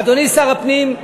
אדוני שר הפנים,